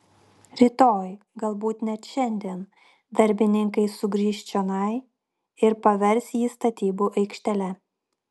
rytoj galbūt net šiandien darbininkai sugrįš čionai ir pavers jį statybų aikštele